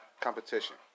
competition